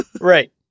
Right